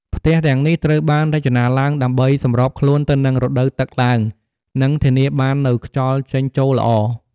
ផ្ទះទាំងនេះត្រូវបានរចនាឡើងដើម្បីសម្របខ្លួនទៅនឹងរដូវទឹកឡើង និងធានាបាននូវខ្យល់ចេញចូលល្អ។